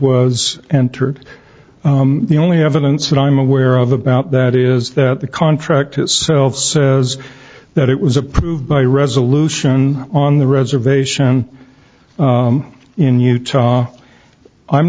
was entered the only evidence that i'm aware of about that is that the contract itself says that it was approved by resolution on the reservation in utah i'm